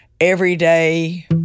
everyday